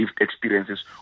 experiences